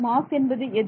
mass என்பது எது